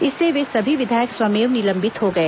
इससे वे सभी विधायक स्वमेव निलंबित हो गए